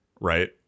Right